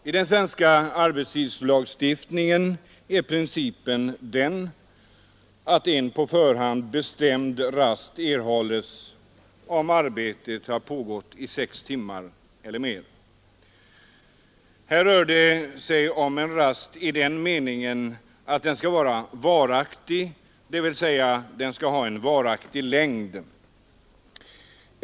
I den svenska arbetstidslagstiftningen är principen den att en på förhand bestämd rast erhålles, om arbetet har pågått i sex timmar eller mer. Här rör det sig om en rast i den meningen att den skall ha en varaktig längd.